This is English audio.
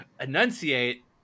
enunciate